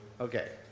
Okay